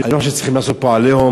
אני לא חושב שצריך לעשות פה "עליהום".